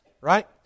right